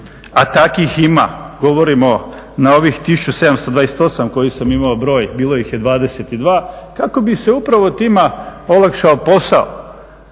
a takvih ima, govorimo na ovih 1728 koji sam imao broj bilo ih je 22 kako bi se upravo tima olakšao posao.